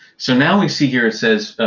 so now we see here it says,